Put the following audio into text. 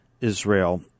Israel